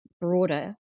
broader